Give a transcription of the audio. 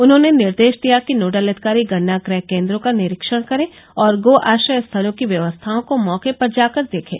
उन्होंने निर्देश दिया कि नोडल अधिकारी गन्ना क्रय केन्द्रों का निरीक्षण करे और गोआश्रय स्थलों की व्यवस्थाओं को मौके पर जाकर देखे